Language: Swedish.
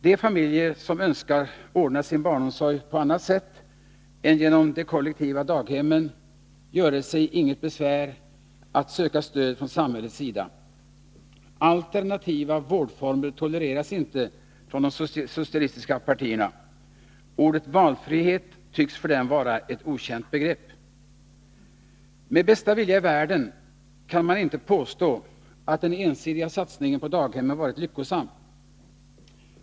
De familjer som önskar ordna sin barnomsorg på annat sätt än genom de kollektiva daghemmen göre sig inget besvär att söka stöd från samhället. ”Adternativa vårdformer tolereras inte från de socialistiska partiernas sida. Ordet valfrihet tycks för dem vara ett okänt begrepp. Med bästa vilja i världen kan man inte påstå att den ensidiga satsningen på daghemmen varit lyckosam.